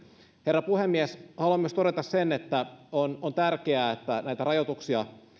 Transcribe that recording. herra puhemies haluan myös todeta sen että on on tärkeää että näitä rajoituksia